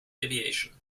aviation